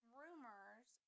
rumors